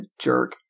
jerk